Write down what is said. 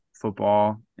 football